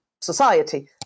society